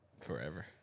Forever